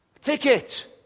ticket